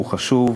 הוא חשוב,